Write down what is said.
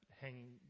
hanging